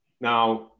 now